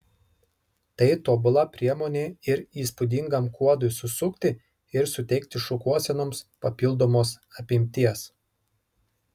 tai tobula priemonė ir įspūdingam kuodui susukti ir suteikti šukuosenoms papildomos apimties